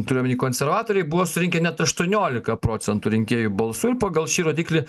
turiu omeny konservatoriai buvo surinkę net aštuoniolika procentų rinkėjų balsų ir pagal šį rodiklį